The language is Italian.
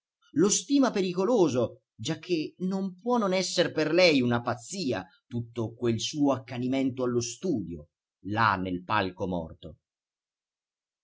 lo stima pericoloso giacché non può non essere per lei una pazzia tutto quel suo accanimento allo studio là nel palco morto